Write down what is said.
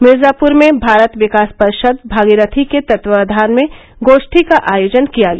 मिर्जापुर में भारत विकास परिषद भागीरथी के तत्वावधान में गोष्ठी का आयोजन किया गया